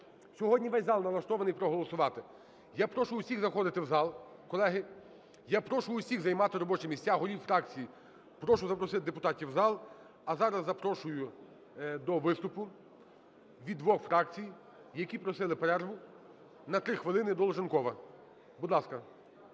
Сьогодні весь зал налаштований проголосувати. Я прошу всіх заходити в зал, колеги. Я прошу усіх займати робочі місця. Голів фракцій прошу запросити депутатів в зал. А зараз запрошую до виступу від двох фракцій, які просили перерву на 3 хвилини, Долженкова. Будь ласка.